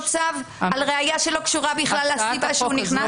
צו על ראיה שלא קשורה לסיבה שהוא נכנס?